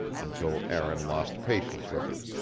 until aaron lost patience with her.